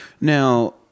Now